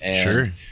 Sure